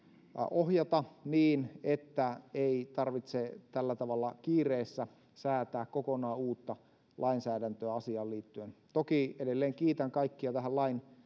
ohjata niin että ei tarvitse tällä tavalla kiireessä säätää kokonaan uutta lainsäädäntöä asiaan liittyen toki edelleen kiitän kaikkia tähän lain